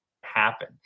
happen